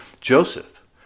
Joseph